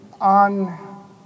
on